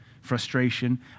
frustration